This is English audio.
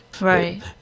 Right